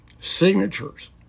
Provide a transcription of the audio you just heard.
signatures